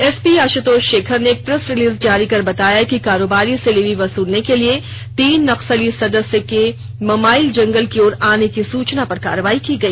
SP Ashutosh Shekhar ने एक press release जारी कर बताया कि कारोबारी से लेवी वसूलने के लिए तीन नक्सली सदस्य के ममाईल जंगल की ओर आने की सूचना पर कार्रवाई की गई